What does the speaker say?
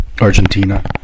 Argentina